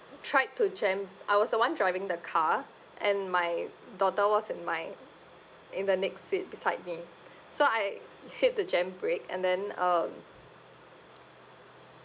tried to jam I was the one driving the car and my daughter was in my in the next sit beside me so I hit the jam brake and then um